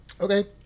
Okay